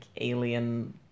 alien